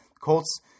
Colts